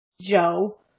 Joe